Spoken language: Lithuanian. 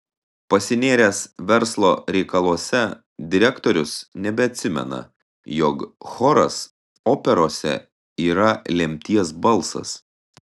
pasinėręs verslo reikaluose direktorius nebeatsimena jog choras operose yra lemties balsas